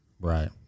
Right